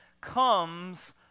comes